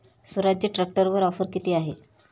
स्वराज्य ट्रॅक्टरवर ऑफर किती आहे?